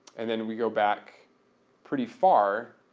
and then we go back pretty far,